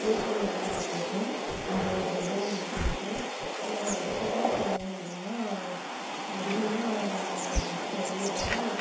பேச்சிகளை வந்து நான் கேட்பேன் அது எனக்கு ரொம்பவும் வந்து பிடிக்கும் அதுக்கப்புறம் சொல்லணும் அப்படின்னா அதிகமாக நம்ம செயலிடுறது